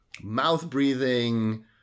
mouth-breathing